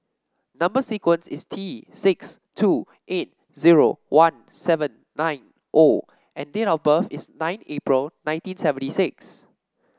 number sequence is T six two eight zero one seven nine O and date of birth is nine April nineteen seventy six